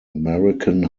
american